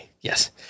Yes